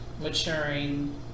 maturing